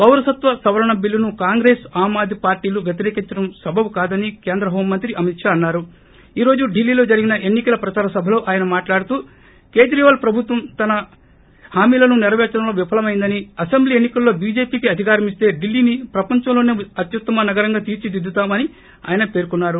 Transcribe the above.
పారసత్వం సవరణ బిల్లను కాంగ్రెస్ ఆమ్ ఆమాద్మీ పార్గీలు వ్యతిరేకించటం సబబు కాదని కేంద్ర హోంమంత్రి అమిత్ షా అన్నారు ఈ రోజు ఢిల్లీలో జరిగిన ఎన్ని కల ప్రదార సభలో ఆయన మాట్లాడుతూ కేజ్రీవాల్ ప్రభుత్వం తన హామీలను నెరపేర్చడంలో విఫలమైందనీ అసెంబ్లీ ఎన్సికల్లో చీజేపీకి అధికారమిస్త ఢిల్లీని ప్రపంచంలోనే అత్యుత్తమ నగరంగా తీర్చిదిద్దుతామని ఆయన పేర్కొన్నారు